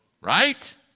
right